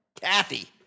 Kathy